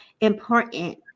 important